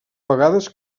vegades